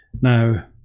Now